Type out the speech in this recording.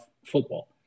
football